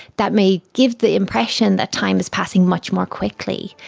that may give the impression that time is passing much more quickly.